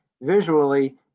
Visually